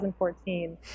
2014